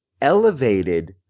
elevated